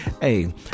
hey